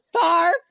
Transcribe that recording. far